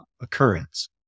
occurrence